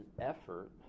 effort